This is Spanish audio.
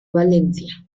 valencia